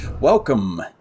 Welcome